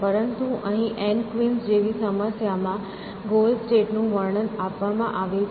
પરંતુ અહીં n queens જેવી સમસ્યામાં ગોલ સ્ટેટ નું વર્ણન આપવામાં આવ્યું છે